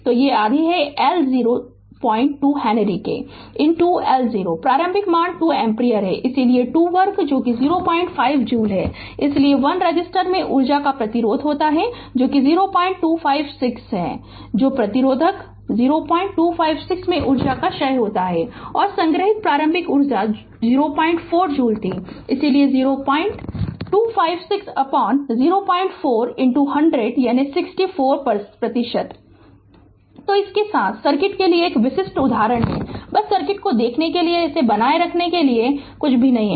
तो आधा L 02 henry L 0 प्रारंभिक मान 2 एम्पीयर है इसलिए 2 वर्ग जो 04 जूल है इसलिए 1 रेसिसटर में ऊर्जा का प्रतिशत होता है जो कि 0256 है जो प्रतिरोधक 0256 में ऊर्जा का क्षय होता है और संग्रहीत प्रारंभिक ऊर्जा 04 जूल थी इसलिए 025604 100 यानी 64 प्रतिशत Refer Slide Time 3022 तो इसके साथ सर्किट के लिए एक विशिष्ट उदाहरण है बस सर्किट को देखने के लिए इसे बनाये रख्नने के लिए कुछ भी नहीं है